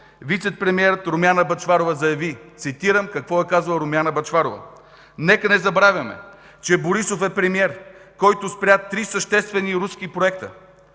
вицепремиерът Румяна Бъчварова заяви – цитирам какво е казала Румяна Бъчварова: „Нека не забравяме, че Борисов е премиер, който спря три съществени руски проекта.